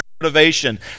motivation